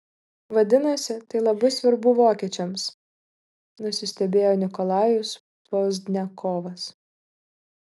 vadinasi tai labai svarbu vokiečiams nusistebėjo nikolajus pozdniakovas